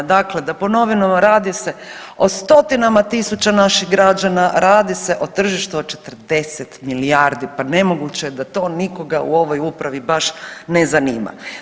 Dakle, da ponovimo, radi se o stotinama tisuća naših građana, radi se o tržištu od 40 milijardi, pa nemoguće je da to nikoga u ovoj upravi baš ne zanima.